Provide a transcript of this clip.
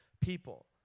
people